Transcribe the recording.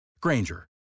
Granger